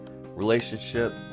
relationship